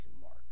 mark